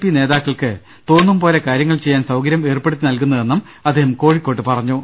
P നേതാക്കൾക്ക് തോന്നും പോലെ കാര്യങ്ങൾ ചെയ്യാൻ സൌകര്യം ഏർപ്പെടുത്തി നല്കുന്നതെന്നും അദ്ദേഹം കോഴിക്കോട്ട് പറഞ്ഞു